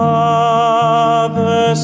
Father